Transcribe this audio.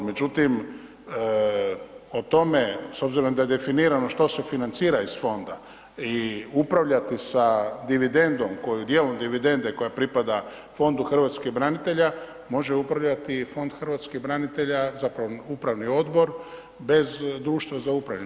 Međutim, o tome, s obzirom da je definirano što se financira iz fonda i upravljati sa dividendom koju, dijelom dividende, koja pripada Fondu hrvatskih branitelja, može upravljati Fond hrvatskih branitelja, zapravo upravni odbor bez društva za upravljanje.